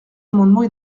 amendements